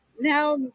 now